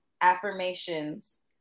affirmations